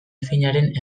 finarena